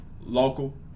Local